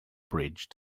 bridge